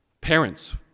parents